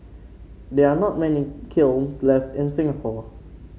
there are not many kilns left in Singapore